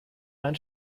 ein